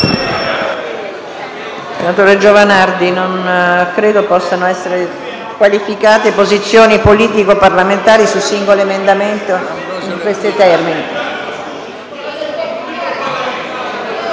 Senatore Giovanardi, non credo possano essere qualificate posizioni politico-parlamentari su singoli emendamenti in questi termini.